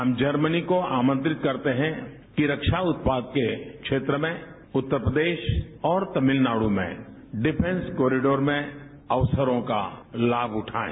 हम जर्मनी को आमंत्रित करते हैं कि रक्षा उत्पाद के क्षेत्र में उत्तर प्रदेश और तमिलनाड़ में डिफेंस कॉरिडोर में अवसरों का लाभ उवाएं